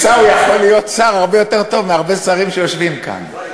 שעיסאווי יכול להיות שר הרבה יותר טוב מהרבה שרים שיושבים כאן.